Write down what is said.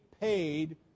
paid